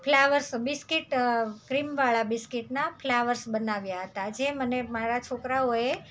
flowers biscuit ક્રીમવાળા બિસ્કિટના flowers બનાવ્યાં હતાં જે મને મારા છોકરાઓએ